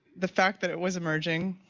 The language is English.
the fact that it was emerging,